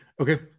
okay